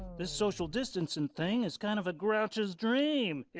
this social distancin' thing is kind of a grouch's dream.